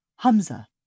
Hamza